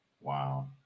Wow